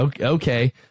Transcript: okay